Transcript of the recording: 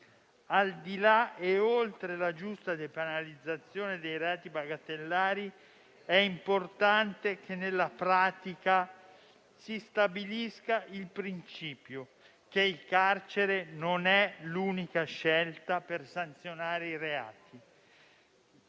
Al di là e oltre la giusta depenalizzazione dei reati bagatellari, è importante che, nella pratica, si stabilisca il principio che il carcere non è l'unica scelta per sanzionare i reati.